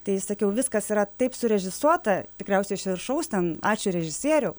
tai sakiau viskas yra taip surežisuota tikriausiai iš viršaus ten ačiū režisieriau